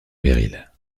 péril